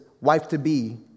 wife-to-be